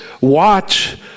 Watch